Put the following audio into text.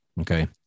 Okay